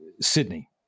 Sydney